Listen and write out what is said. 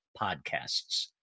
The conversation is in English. podcasts